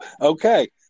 Okay